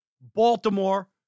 Baltimore